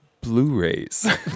Blu-rays